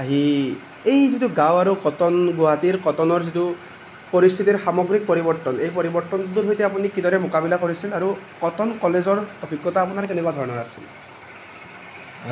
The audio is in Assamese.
আহি এই যিটো গাঁও আৰু কটন গুৱাহাটীৰ কটনৰ যিটো পৰিস্থিতিৰ সামগ্ৰিক পৰিৱৰ্তন এই পৰিৱৰ্তনটোৰ সৈতে আপুনি কিদৰে মোকাবিলা কৰিছিল আৰু কটন কলেজৰ অভিজ্ঞতা আপোনাৰ কেনেকুৱা ধৰণৰ আছিল